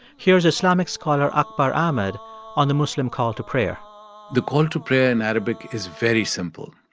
here's islamic scholar akbar ahmed on the muslim call to prayer the call to prayer in arabic is very simple.